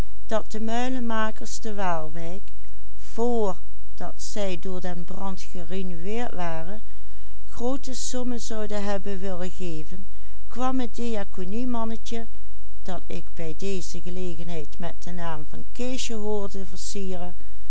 sommen zouden hebben willen geven kwam het diaconiemannetje dat ik bij deze gelegenheid met den naam van keesje hoorde